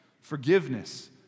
forgiveness